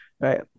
right